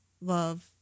love